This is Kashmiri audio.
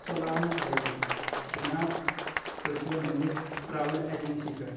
اَسَلامُ علیکُم جِناب تُہۍ چھِو مٔلِک ٹرٛیوٕل اَجَنسی پٮ۪ٹھ